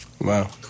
Wow